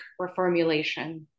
reformulation